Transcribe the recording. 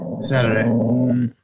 Saturday